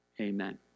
Amen